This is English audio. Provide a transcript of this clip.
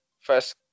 First